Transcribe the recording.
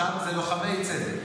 ואתה בראשם, אלה לוחמי צדק.